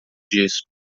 disco